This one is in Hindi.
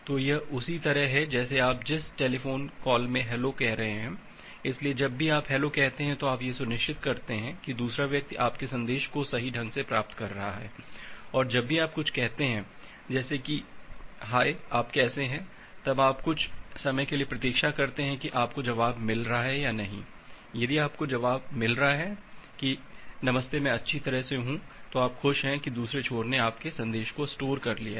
तो यह उसी तरह है जैसे आप जिस टेलीफोन कॉल में हेल्लो कह रहे हैं इसलिए जब भी आप हैलो कहते हैं तो आप यह सुनिश्चित करते हैं कि दूसरा व्यक्ति आपके संदेश को सही ढंग से प्राप्त कर रहा है और जब भी आप कुछ कहते हैं जैसे कि हाय आप कैसे हैं तब आप कुछ समय के लिए प्रतीक्षा करते हैं की आपको जवाब मिल रहा है या नहीं यदि आपको जवाब मिल रहा है कि नमस्ते मैं अच्छी तरह से हूं तो आप खुश हैं कि दूसरे छोर ने आपके संदेश को स्टोर कर लिया है